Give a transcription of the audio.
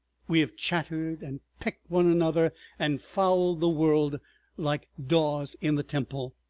we have chattered and pecked one another and fouled the world like daws in the temple,